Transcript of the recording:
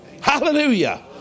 Hallelujah